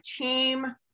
team